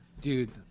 Dude